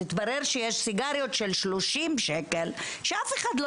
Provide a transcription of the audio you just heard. התברר שיש סיגריות של 30 שקלים שאף אחד לא